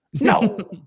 No